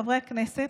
חברי הכנסת,